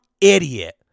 idiot